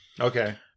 Okay